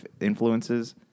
influences